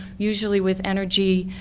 usually with energy,